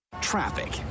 Traffic